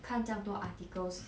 看这样多 articles